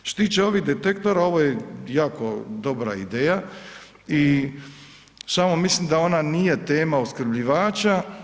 Što se tiče ovih detektora, ovo je jako dobra ideja i samo mislim da ona nije tema opskrbljivača.